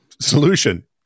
Solution